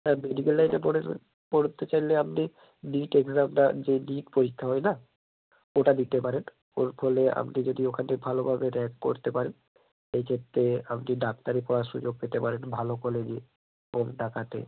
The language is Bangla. হ্যাঁ মেডিকালে হতে পারে পড়তে চাইলে আপনি নিট এক্সাম বা যে নিট পরীক্ষা হয় না ওটা দিতে পারেন ওর ফলে আপনি যদি ওখানটায় ভালোভাবে র্যাঙ্ক করতে পারেন এই ক্ষেত্রে আপনি ডাক্তারি পড়ার সুযোগ পেতে পারেন ভালো কলেজে কম টাকাতে